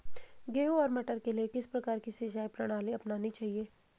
गेहूँ और मटर के लिए किस प्रकार की सिंचाई प्रणाली अपनानी चाहिये?